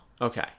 Okay